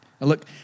Look